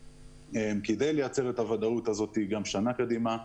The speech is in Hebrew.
כדי לייצר את הוודאות המדוברת גם לשנה קדימה,